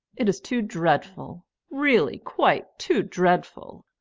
it is too dreadful really, quite too dreadful!